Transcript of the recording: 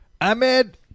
Ahmed